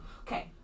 Okay